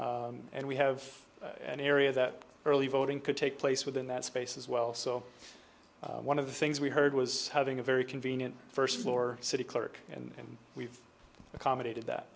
atmosphere and we have an area that early voting could take place within that space as well so one of the things we heard was having a very convenient first floor city clerk and we've accommodated that